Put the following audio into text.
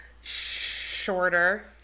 shorter